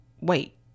wait